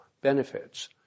benefits